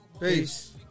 Peace